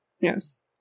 Yes